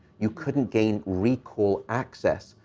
you couldn't gain recall access.